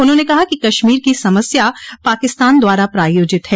उन्होंने कहा कि कश्मीर की समस्या पाकिस्तान द्वारा प्रायोजित है